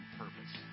purpose